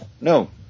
No